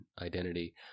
identity